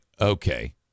okay